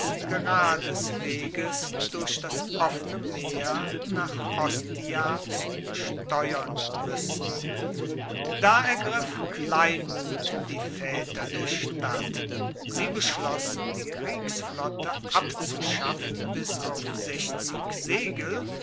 gerades weges durch das offene meer nach ostia zu steuern muessen da ergriff kleinmut die vaeter der stadt sie beschlossen die kriegsflotte abzuschaffen bis auf segel